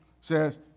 says